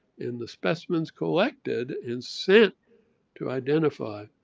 and the specimens collected and sent to identify,